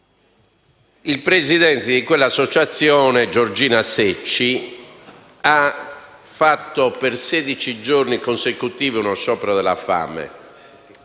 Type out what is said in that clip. Il presidente di quella associazione, Giorgina Secci, ha fatto per sedici giorni consecutivi uno sciopero della fame